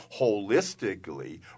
holistically